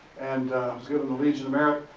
and was given the legion of merit.